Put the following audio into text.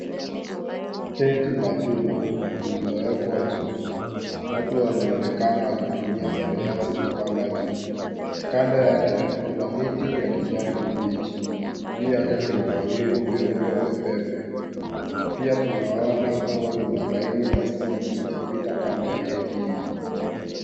Tenki la chuma, lililowekwa juu. Watu wanaonekana wakitumia steyasi kupanda juu. Kando yake kuna miti ya kijani kibichi. Juu yake kuna mawingu meupe pepepe. Pia tunaona kuwa kuna laini za stima zinazopita kando ya tenki hili.